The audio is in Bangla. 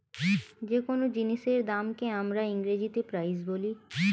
যে কোন জিনিসের দামকে আমরা ইংরেজিতে প্রাইস বলি